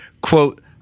Quote